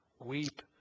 Weep